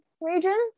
region